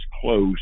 close